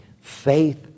faith